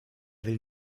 will